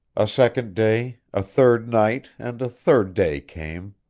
a second day, a third night, and a third day came.